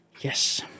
yes